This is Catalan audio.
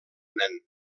nen